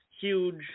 Huge